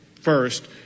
First